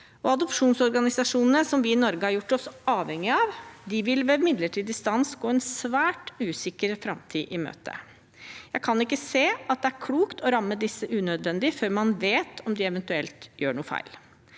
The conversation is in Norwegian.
Adopsjonsorganisasjonene som vi i Norge har gjort oss avhengig av, vil ved midlertidig stans gå en svært usikker framtid i møte. Jeg kan ikke se at det er klokt å ramme disse unødvendig før man vet om de eventuelt gjør noe feil.